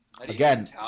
Again